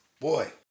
Boy